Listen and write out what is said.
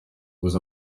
was